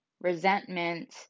resentment